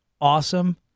awesome